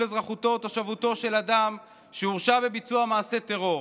אזרחותו או תושבותו של אדם שהורשע בביצוע מעשה טרור,